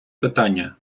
питання